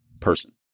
person